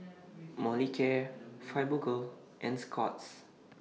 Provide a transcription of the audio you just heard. Molicare Fibogel and Scott's